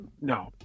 no